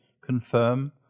confirm